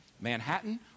manhattan